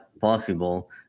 possible